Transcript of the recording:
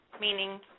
meaning